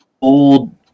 old